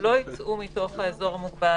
לא יצאו מתוך האזור המוגבל,